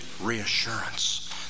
reassurance